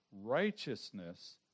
righteousness